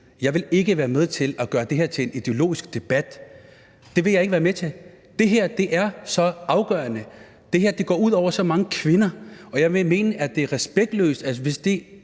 jeg vil ikke være med til – at gøre det her til en ideologisk debat. Det vil jeg ikke være med til. Det her er så afgørende. Det her går ud over så mange kvinder. Og jeg vil mene, det er respektløst, at vi gør